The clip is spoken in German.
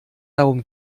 darum